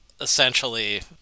Essentially